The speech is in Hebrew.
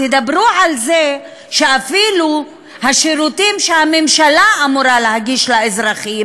תדברו על זה שאפילו השירותים שהממשלה אמורה להגיש לאזרחים